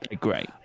Great